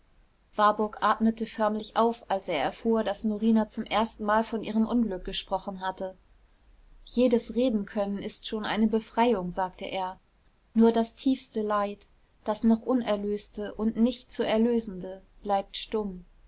warburg atmete förmlich auf als er erfuhr daß norina zum erstenmal von ihrem unglück gesprochen hatte jedes redenkönnen ist schon eine befreiung sagte er nur das tiefste leid das noch unerlöste und nicht zu erlösende bleibt stumm